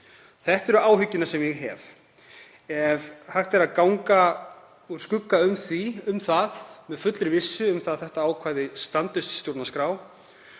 Það eru áhyggjurnar sem ég hef. Ef hægt er að ganga úr skugga um það með fullri vissu að þetta ákvæði standist stjórnarskrá